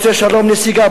רוצה שלום, נסיגה?